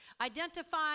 Identify